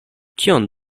kion